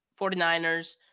49ers